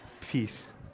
Peace